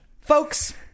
Folks